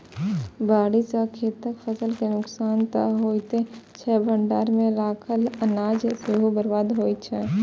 बाढ़ि सं खेतक फसल के नुकसान तं होइते छै, भंडार मे राखल अनाज सेहो बर्बाद होइ छै